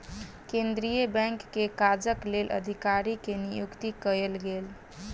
केंद्रीय बैंक के काजक लेल अधिकारी के नियुक्ति कयल गेल